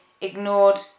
ignored